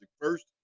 first